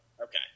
okay